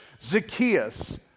Zacchaeus